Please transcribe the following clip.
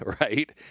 right